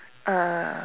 uh